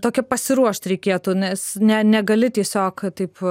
tokią pasiruošt reikėtų nes ne negali tiesiog taip